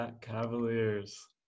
Cavaliers